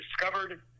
discovered